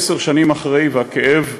עשר שנים אחרי והכאב,